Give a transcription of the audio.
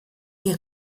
die